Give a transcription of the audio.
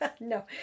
No